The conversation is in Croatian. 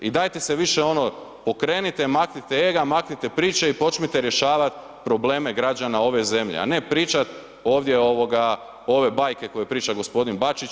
I dajte se više ono pokrenite, maknite ega, maknite priče i počnite rješavati probleme građana ove zemlje a ne pričati ovdje ove bajke koje priča g. Bačić.